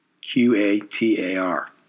Q-A-T-A-R